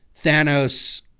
Thanos